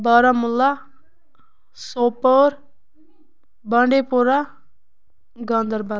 Baramulla Sopore Bandipora Ganderbal